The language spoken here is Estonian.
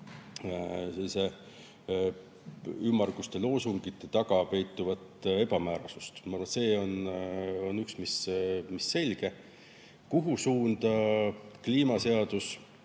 mitte ümmarguste loosungite taga peituvat ebamäärasust. Ma arvan, et see on üks, mis selge. Kuhu suunda kliimaseadus,